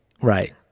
Right